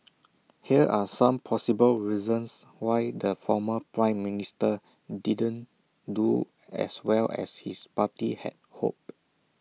here are some possible reasons why the former Prime Minister didn't do as well as his party had hoped